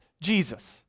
Jesus